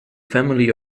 family